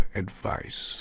advice